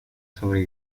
sobre